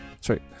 Sorry